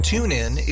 TuneIn